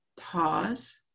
pause